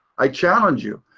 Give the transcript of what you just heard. i challenge you,